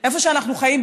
איפה שאנחנו חיים,